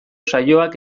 saioak